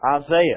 Isaiah